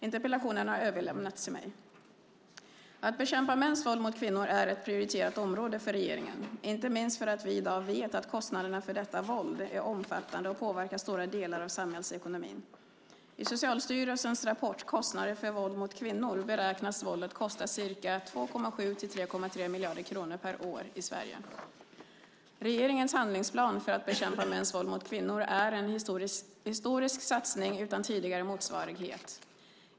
Interpellationen har överlämnats till mig. Att bekämpa mäns våld mot kvinnor är ett prioriterat område för regeringen. Inte minst för att vi i dag vet att kostnaderna för detta våld är omfattande och påverkar stora delar av samhällsekonomin. I Socialstyrelsens rapport Kostnader för våld mot kvinnor beräknas våldet kosta ca 2,7-3,3 miljarder kronor per år i Sverige. Regeringens handlingsplan för att bekämpa mäns våld mot kvinnor är en historisk satsning utan tidigare motsvarighet.